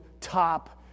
top